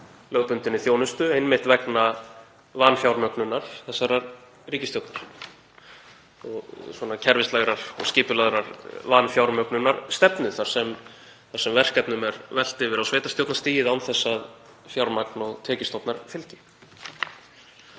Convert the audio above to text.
lögbundinni þjónustu einmitt vegna vanfjármögnunar þessarar ríkisstjórnar, kerfislægrar og skipulagðrar vanfjármögnunarstefnu þar sem þessum verkefnum er velt yfir á sveitarstjórnarstigið án þess að fjármagn og tekjustofnar fylgi.